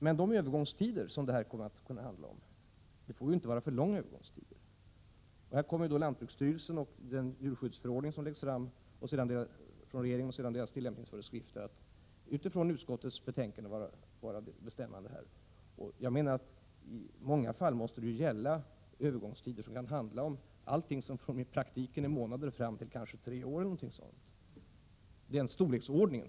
Men de övergångstider som det här kan komma att handla om får ju inte vara för långa. Den djurskyddsförordning som regeringen utfärdar mot bakgrund av riksdagens beslut och de tillämpningsföreskrifter som lantbruksstyrelsen ger ut kommer här att vara bestämmande. Jag menar att det i praktiken i många fall kan komma att handla om övergångsperioder i storleksordningen från månader till upp till kanske tre år eller liknande.